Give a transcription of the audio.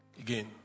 again